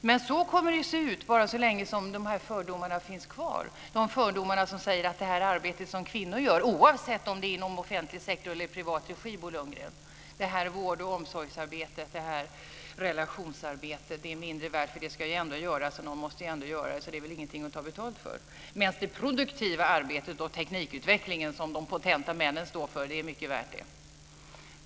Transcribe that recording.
Men så kommer det att se ut bara så länge som dessa fördomar finns kvar, de fördomar som säger att det arbete som kvinnor utför - oavsett om det är inom offentlig sektor eller i privat regi, Bo Lundgren - vård och omsorgsarbete och relationsarbete är mindre värt eftersom det ändå ska göras, och någon måste ju ändå göra det, så det är väl ingenting att ta betalt för. Däremot är det produktiva arbetet och teknikutvecklingen, som de potenta männen står för, mycket värt.